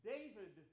David